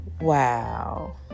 Wow